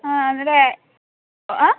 ಹಾಂ ಅಂದರೆ ಆಂ